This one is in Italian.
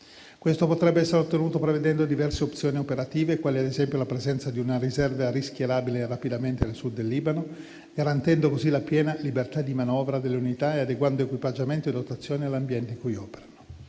Questo potrebbe essere ottenuto prevedendo diverse opzioni operative, quali ad esempio la presenza di una riserva schierabile rapidamente nel Sud del Libano, garantendo così la piena libertà di manovra delle unità e adeguando l'equipaggiamento in dotazione all'ambiente in cui operano.